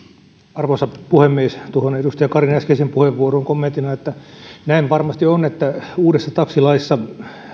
arvoisa puhemies tuohon edustaja karin äskeiseen puheenvuoroon kommenttina että näin varmasti on että uudessa taksilaissa